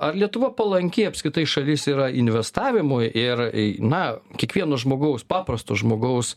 ar lietuva palanki apskritai šalis yra investavimui ir na kiekvieno žmogaus paprasto žmogaus